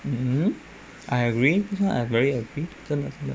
mmhmm I agree this [one] I very agree 真的